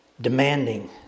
demanding